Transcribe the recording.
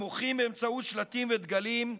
שמוחים באמצעות שלטים ודגלים,